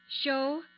Show